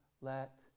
let